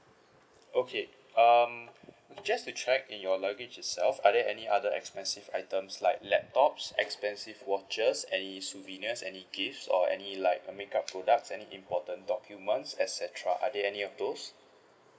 okay um just to check in your luggage itself are there any other expensive items like laptops expensive watches any souvenirs any gifts or any like makeup products any important documents et cetera are there any of those